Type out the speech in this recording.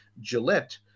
Gillette